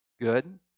good